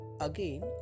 Again